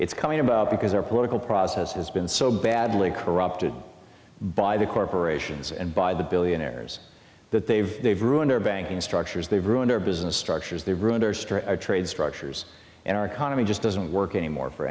it's coming about because our political process has been so badly corrupted by the corporations and by the billionaires that they've they've ruined our banking structures they've ruined our business structures they ruined our trade structures and our economy just doesn't work anymore for